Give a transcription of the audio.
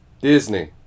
Disney